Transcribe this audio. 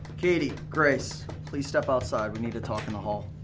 katie, grace, please step outside. we need to talk in the hall.